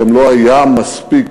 גם לא היו מספיק